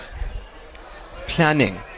planning